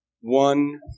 one